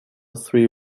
three